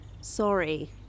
Sorry